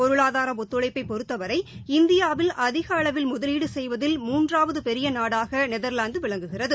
பொருளாதாரஒத்துழைப்பொறுத்தவரை இந்தியாவில் அதிகஅளவில் முதலீடுசெய்வதில் மூன்றாவதபெரியநாடாகநெதர்லாந்துவிளங்குகிறது